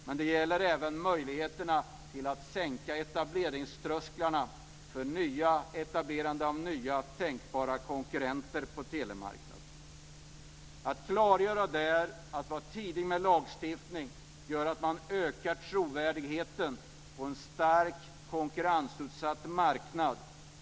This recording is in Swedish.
Men det gäller även möjligheterna till att sänka etableringströsklarna för etablerande av nya tänkbara konkurrenter på telemarknaden. Att klargöra detta och att vara tidig med lagstiftning gör att man ökar trovärdigheten på en starkt konkurrensutsatt marknad.